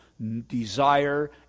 desire